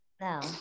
No